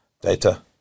data